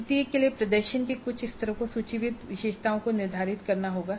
प्रत्येक के लिए प्रदर्शन के कुछ स्तरों को सूचीबद्ध विशेषताओं को निर्धारित करना होगा